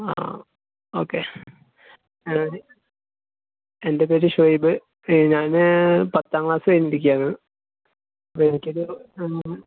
ആ ഓക്കെ അതായത് എൻ്റെ പേര് ഷൊയ്ബ് ഞാൻ പത്താം ക്ലാസ് കഴിഞ്ഞിരിക്കുകയാണ് അപ്പോൾ എനിക്കൊരു